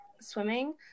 swimming